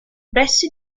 pressi